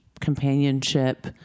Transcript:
companionship